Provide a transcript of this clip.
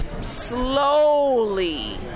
slowly